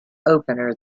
opener